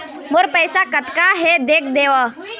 मोर पैसा कतका हे देख देव?